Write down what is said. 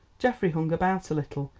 geoffrey hung about a little,